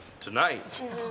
Tonight